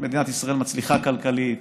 מדינת ישראל מצליחה כלכלית,